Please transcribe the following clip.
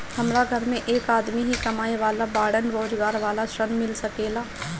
हमरा घर में एक आदमी ही कमाए वाला बाड़न रोजगार वाला ऋण मिल सके ला?